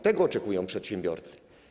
Tego oczekują przedsiębiorcy.